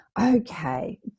okay